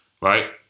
right